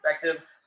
perspective